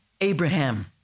Abraham